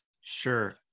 Sure